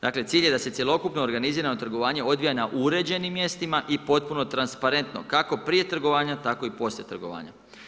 Dakle cilj je da se cjelokupno organizirano trgovanje odvija na uređenim mjestima i potpuno transparentno, kako prije trgovanja tako i poslije trgovanja.